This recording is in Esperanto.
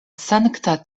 sankta